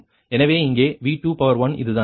எனவே இங்கே V21 இது தான்